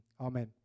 Amen